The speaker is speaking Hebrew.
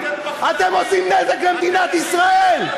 אתם עושים נזק למדינת ישראל.